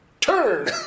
turn